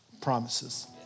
promises